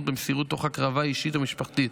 ובמסירות תוך הקרבה אישית ומשפחתית.